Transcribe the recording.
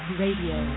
radio